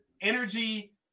energy